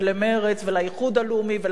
ולאיחוד הלאומי ולבית היהודי,